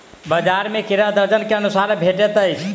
बजार में केरा दर्जन के अनुसारे भेटइत अछि